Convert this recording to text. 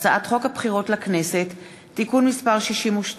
הצעת חוק הבחירות לכנסת (תיקון מס' 62)